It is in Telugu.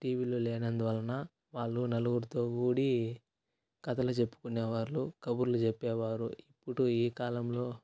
టీవీలు లేనందువలన వాళ్ళు నలుగురుతో కూడి కథలు చెప్పుకునే వాళ్ళు కబుర్లు చెప్పేవారు ఇప్పుడు ఈ కాలంలో